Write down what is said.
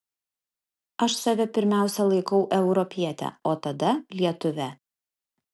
aš save pirmiausia laikau europiete o tada lietuve